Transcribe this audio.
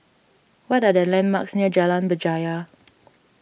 what are the landmarks near Jalan Berjaya